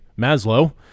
Maslow